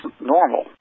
normal